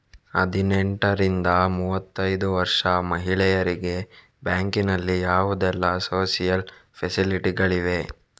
ಹದಿನೆಂಟರಿಂದ ಮೂವತ್ತೈದು ವರ್ಷ ಮಹಿಳೆಯರಿಗೆ ಬ್ಯಾಂಕಿನಲ್ಲಿ ಯಾವುದೆಲ್ಲ ಸೋಶಿಯಲ್ ಫೆಸಿಲಿಟಿ ಗಳಿವೆ?